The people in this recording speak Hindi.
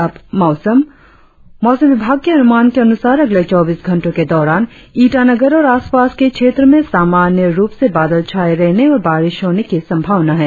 और अब मौसम मौसम विभाग के अनुमान के अनुसार अगले चौबीस घंटो के दौरान ईटानगर और आसपास के क्षेत्रो में आसमान में बादल छाये रहने और बारिश होने की संभावना है